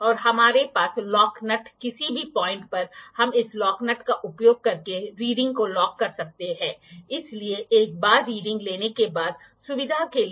protractor dial को lock किया जा सकता है वर्नियर में रिक्ति बनाई जाती है इस तरह से कि लीस्ट काऊंट 112 डिग्री से मेल खाती है इसलिए 112 डिग्री ठीक है